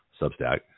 Substack